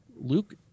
Luke